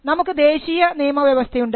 നമുക്ക് ദേശീയ നിയമവ്യവസ്ഥയുണ്ട്